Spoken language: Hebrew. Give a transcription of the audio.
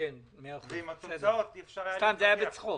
ועם התוצאות אי אפשר היה להתווכח.